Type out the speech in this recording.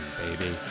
baby